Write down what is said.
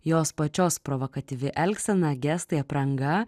jos pačios provokatyvi elgsena gestai apranga